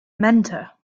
mentor